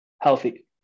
healthy